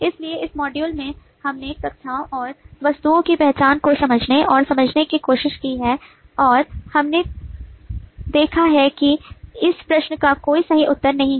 इसलिए इस module में हमने कक्षाओं और वस्तुओं की पहचान को समझने और समझने की कोशिश की है और हमने देखा है कि इस प्रश्न का कोई सही उत्तर नहीं है